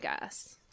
guess